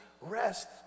rest